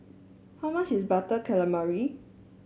how much is Butter Calamari